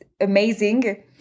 amazing